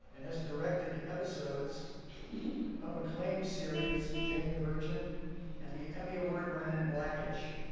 and has directed episodes of acclaimed series jane the virgin and the emmy award-winning blackish.